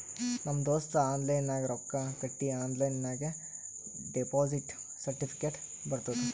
ನಮ್ ದೋಸ್ತ ಆನ್ಲೈನ್ ನಾಗ್ ರೊಕ್ಕಾ ಕಟ್ಟಿ ಆನ್ಲೈನ್ ನಾಗೆ ಡೆಪೋಸಿಟ್ ಸರ್ಟಿಫಿಕೇಟ್ ಬರ್ತುದ್